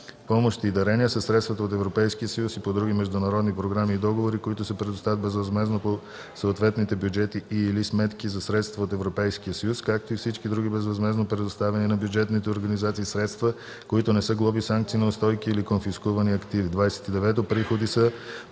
„Помощи и дарения” са средствата от Европейския съюз и по други международни програми и договори, които се предоставят безвъзмездно по съответните бюджети и/или сметки за средства от Европейския съюз, както и всички други безвъзмездно предоставени на бюджетните организации средства, които не са глоби, санкции, неустойки или конфискувани активи.